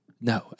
No